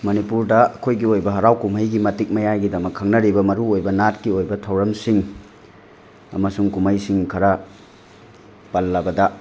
ꯃꯅꯤꯄꯨꯔꯗ ꯑꯩꯈꯣꯏꯒꯤ ꯑꯣꯏꯕ ꯍꯔꯥꯎ ꯀꯨꯝꯍꯩꯒꯤ ꯃꯇꯤꯛ ꯃꯌꯥꯏꯒꯤꯗꯃꯛ ꯈꯪꯅꯔꯤꯕ ꯃꯔꯨꯑꯣꯏꯕ ꯅꯥꯠꯀꯤ ꯑꯣꯏꯕ ꯊꯧꯔꯝꯁꯤꯡ ꯑꯃꯁꯨꯡ ꯀꯨꯝꯍꯩꯁꯤꯡ ꯈꯔ ꯄꯜꯂꯕꯗ